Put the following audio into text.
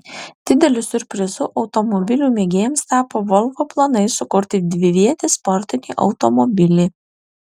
dideliu siurprizu automobilių mėgėjams tapo volvo planai sukurti dvivietį sportinį automobilį